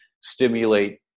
stimulate